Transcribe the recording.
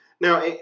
Now